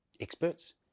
experts